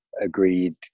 agreed